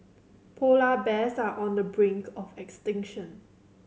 polar bears are on the brink of extinction